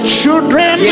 children